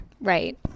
Right